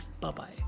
bye-bye